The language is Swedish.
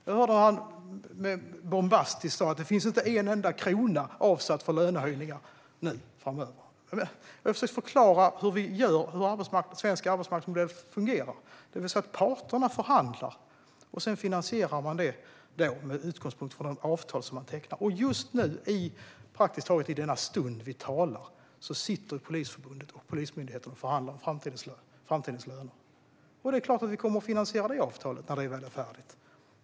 Jag hörde honom bombastiskt säga att det inte finns en enda krona avsatt till lönehöjningar framöver. Jag har ju precis förklarat hur svensk arbetsmarknad fungerar. Det är parterna som förhandlar, och sedan finansierar man det med utgångspunkt i de avtal som tecknats. Just i denna stund sitter Polisförbundet och Polismyndigheten och förhandlar om framtidens löner, och vi kommer givetvis att finansiera det avtalet när det är färdigt.